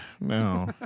no